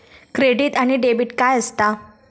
Credit आणि debit काय असता?